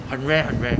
很 rare 很 rare